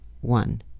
one